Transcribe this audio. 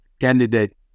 candidate